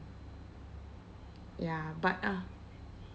ya but uh